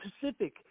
Pacific